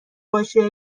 باشه